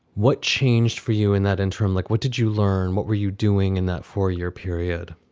what changed for you in that interim? look, what did you learn? what were you doing in that four year period?